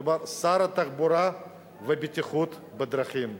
מדובר על שר התחבורה והבטיחות בדרכים.